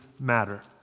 matter